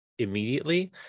immediately